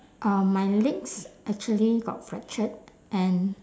um my legs actually got fractured and